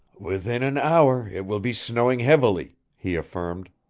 within an hour it will be snowing heavily, he affirmed.